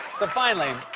finally,